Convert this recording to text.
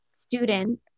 student